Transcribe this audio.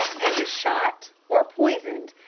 and is shot or poisoned,